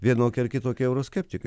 vienokie ar kitokie euroskeptikai